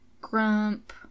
Grump